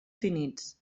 finits